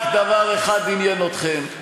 רק דבר אחד עניין אתכם: